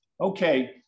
Okay